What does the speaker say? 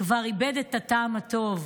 זה כבר איבד את הטעם הטוב.